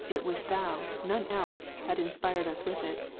it was thou, none else, had inspired us with it.